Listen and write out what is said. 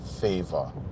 favor